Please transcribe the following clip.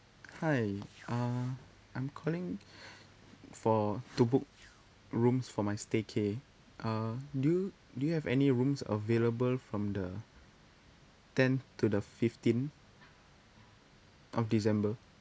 hi uh I'm calling for to book rooms for my staycay uh do you do you have any rooms available from the tenth to the fifteenth of december